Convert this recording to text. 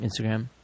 Instagram